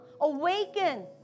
awaken